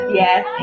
yes